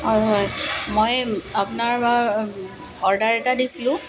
অঁ হয় মই আপোনাৰ অৰ্ডাৰ এটা দিছিলোঁ